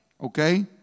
Okay